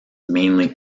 mainly